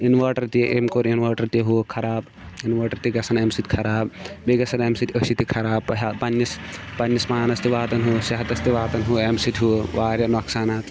inverter تہِ أمۍ کوٚر اِنوٲٹَر تہِ ہُہ خراب اِنوٲٹَر تہِ گژھان اَمہِ سۭتۍ خراب بیٚیہِ گژھان اَمہِ سۭتۍ أچھِ تہِ خراب پںٛنِس پنٛنِس پانَس تہِ واتَان ہُہ صحتَس تہِ واتَان ہُہ اَمہِ سۭتۍ ہُہ واریاہ نۄقصانات